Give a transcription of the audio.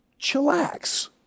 chillax